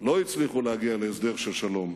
לא הצליחו להגיע להסדר של שלום,